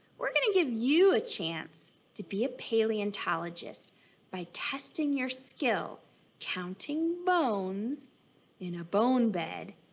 we're going to give you a chance to be a paleontologist by testing your skill counting bones in a bone bed.